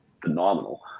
phenomenal